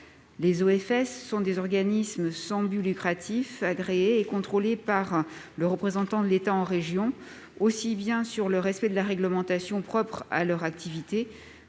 (OFS). Ces organismes sont sans but lucratif, agréés et contrôlés par le représentant de l'État en région, aussi bien sur le respect de la réglementation propre à leur activité